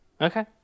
okay